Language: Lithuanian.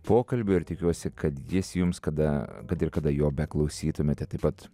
pokalbiu ir tikiuosi kad jis jums kada kad ir kada jo beklausytumėte taip pat